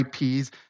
IPs